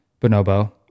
bonobo